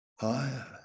higher